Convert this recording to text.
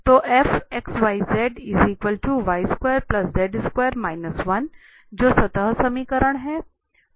तो जो सतह समीकरण है